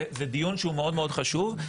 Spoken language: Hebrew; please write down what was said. זה דיון שהוא מאוד מאוד חשוב,